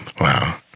Wow